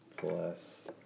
Plus